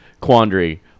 quandary